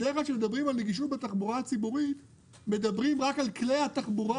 בדרך כלל כשמדברים על נגישות בתחבורה הציבורית מדברים רק על כלי התחבורה